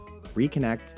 reconnect